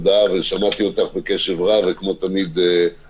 ושמעתי אותך בקשב רב --- יעקב,